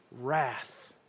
wrath